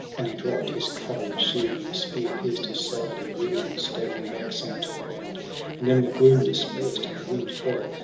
and he dropp'd his covering shield, and the spear pierced his side. he reel'd, and staggering back, sank to the ground and then the gloom dispersed, and the wind fell,